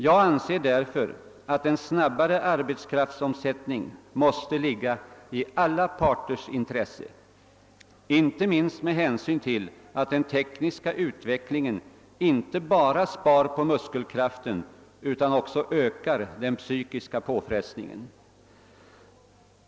Jag anser därför, att en snabbare arbetskraftsomsättning måste ligga i alla parters intresse, inte minst med hänsyn till att den tekniska utvecklingen inte bara spar på muskelkraften utan också ökar den psykiska påfrestningen.